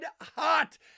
hot